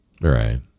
right